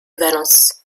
valence